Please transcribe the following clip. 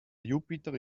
jupiter